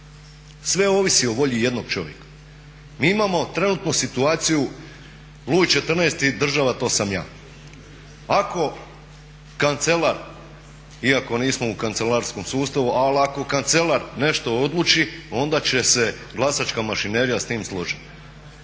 Sve ovisi o volji jednog čovjeka. Mi imamo trenutno situaciju Luj XIV. država to sam ja. Ako kancelar, iako nismo u kancelarskom sustavu, ali ako kancelar nešto odluči onda će se glasačka mašinerija s tim složiti.